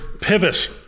pivot